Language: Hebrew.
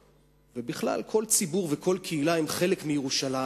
בכלל, כל ציבור וכל קהילה הם חלק מירושלים.